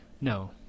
no